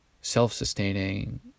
self-sustaining